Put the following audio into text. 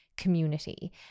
community